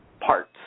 parts